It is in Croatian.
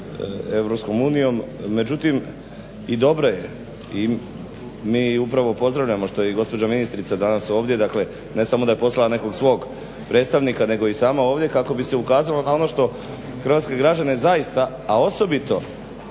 Međutim, i dobro je i mi upravo pozdravljamo što je i gospođa ministrica danas ovdje, dakle ne samo da je poslala nekog svog predstavnika nego je i sama ovdje kako bi se ukazalo na ono što hrvatske građane zaista, a osobito